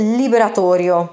liberatorio